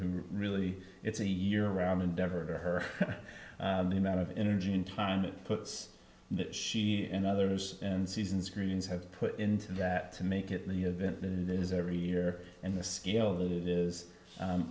who really it's a year round endeavor her the amount of energy and time it puts that she and others and season's greens have put into that to make it in the event that it is every year and the scale that it is